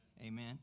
Amen